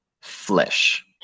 Flesh